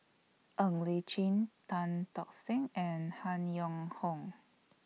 Ng Li Chin Tan Tock Seng and Han Yong Hong